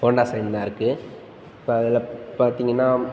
Honda sign தான் இருக்குது இப்போ அதில் பார்த்தீங்கன்னா